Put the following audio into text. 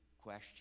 question